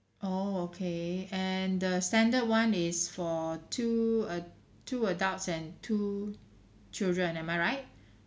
oh okay and the standard [one] is for two ad~ two adults and two children and am I right